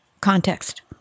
context